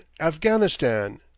Afghanistan